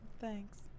thanks